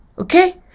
Okay